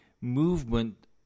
movement